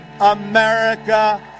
America